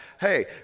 hey